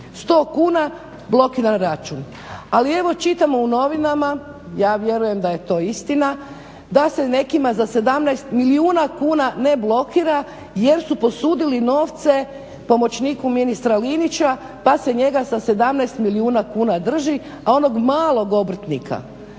100 kuna blokiran račun. Ali evo čitamo u novinama ja vjerujem da je to istina da se nekima za 17 milijuna kuna ne blokira jer su posudili novce pomoćniku ministra Linića pa se njega sa 17 milijuna kuna drži, a onog malog obrtnika